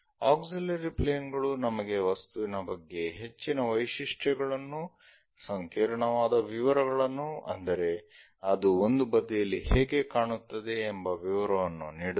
auxiliary plane ಗಳು ನಮಗೆ ವಸ್ತುವಿನ ಬಗ್ಗೆ ಹೆಚ್ಚಿನ ವೈಶಿಷ್ಟ್ಯಗಳನ್ನು ಸಂಕೀರ್ಣವಾದ ವಿವರಗಳನ್ನು ಅಂದರೆ ಅದು ಒಂದು ಬದಿಯಲ್ಲಿ ಹೇಗೆ ಕಾಣುತ್ತದೆ ಎಂಬ ವಿವರವನ್ನು ನೀಡುತ್ತವೆ